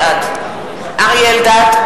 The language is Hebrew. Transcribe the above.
בעד אריה אלדד,